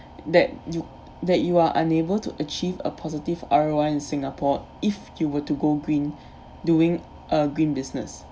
that you that you are unable to achieve a positive R_O_I in singapore if you were to go green doing a green business